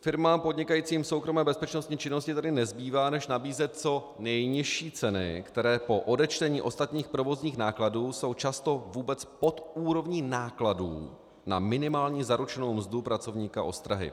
Firmám podnikajícím v soukromé bezpečnostní činnosti tedy nezbývá než nabízet co nejnižší ceny, které po odečtení ostatních provozních nákladů jsou často vůbec pod úrovní nákladů na minimální zaručenou mzdu pracovníka ostrahy.